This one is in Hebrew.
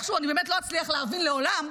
איכשהו אני לא אצליח להבין לעולם.